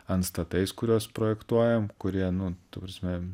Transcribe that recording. antstatais kuriuos projektuojam kurie nu ta prasme